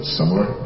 similar